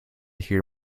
hear